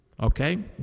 Okay